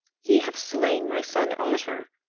ye have slain my son otter,